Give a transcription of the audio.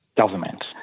government